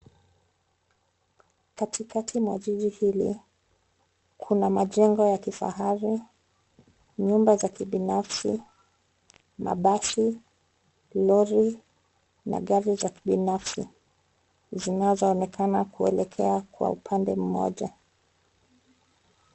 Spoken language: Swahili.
Katikati mwa jiji hili, kuna majengo ya kifahari, nyumba za kibinafsi, mabasi, lori na gari za kibinafsi zinazoonekana kuelekea kwa upande mmoja.